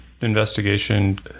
investigation